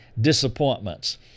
disappointments